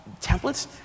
templates